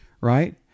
right